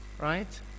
right